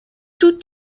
tout